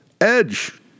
Edge